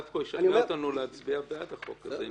דווקא הוא ישכנע אותנו להצביע בעד החוק הזה.